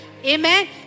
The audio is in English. Amen